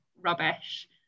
rubbish